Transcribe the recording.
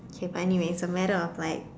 okay but anyways a matter of like